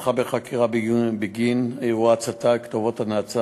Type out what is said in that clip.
שפתחה בחקירה בגין אירוע ההצתה וכתובות הנאצה